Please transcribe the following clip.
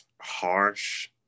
harsh